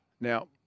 Now